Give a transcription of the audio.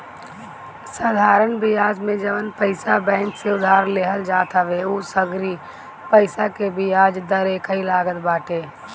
साधरण बियाज में जवन पईसा बैंक से उधार लेहल जात हवे उ सगरी पईसा के बियाज दर एकही लागत बाटे